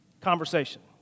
conversation